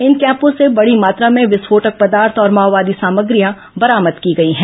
इन कैम्पों से बड़ी मात्रा में विस्फोटक पदार्थ और माओवादी सामग्रियां बरामद की गई हैं